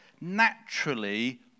naturally